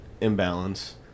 imbalance